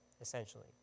essentially